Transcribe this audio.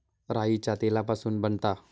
राईच्या तेलापासून बनता